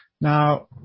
Now